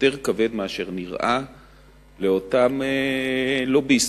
יותר כבד מאשר נראה לאותם לוביסטים,